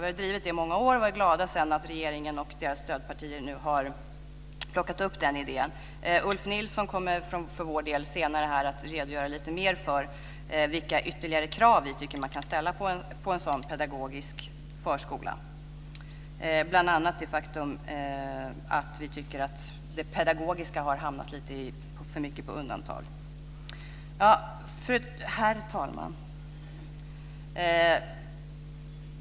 Vi har drivit den linjen i många år och är glada för att regeringen och dess stödpartier nu har plockat upp idén. Ulf Nilsson kommer senare för vår del att redogöra lite mer för vilka ytterligare krav som vi tycker att man kan ställa på en sådan pedagogisk förskola. Vi tycker bl.a. att det pedagogiska lite för mycket har hamnat på undantag. Herr talman!